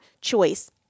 choice